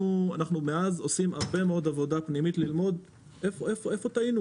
ומאז אנחנו עושים הרבה מאוד עבודה פנימית ללמוד איפה טעינו.